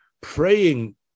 praying